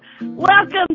welcome